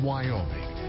Wyoming